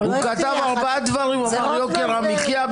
הוא אמר ארבעה דברים: יוקר המחיה,